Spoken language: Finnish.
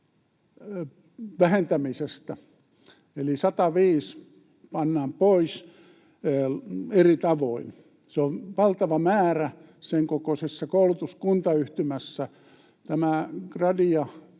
vähentämisestä, eli 105 pannaan pois eri tavoin. Se on valtava määrä senkokoisessa koulutuskuntayhtymässä.